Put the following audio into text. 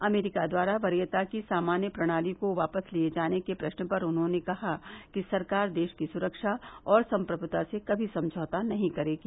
अमरीका द्वारा वरीयता की सामान्य प्रणाली को वापस लिए जाने के प्रश्न पर उन्होंने ने कहा कि सरकार देश की सुरक्षा और संप्रभूता से कभी समझौता नहीं करेगी